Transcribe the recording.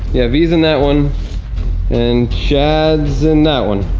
yeah, he's in that one and shads and that one